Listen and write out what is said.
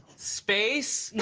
space.